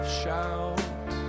shout